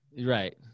right